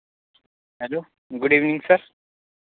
hello good evening sir